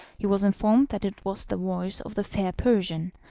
he was informed that it was the voice of the fair persian,